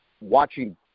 watching